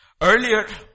Earlier